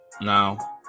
now